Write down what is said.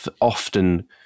often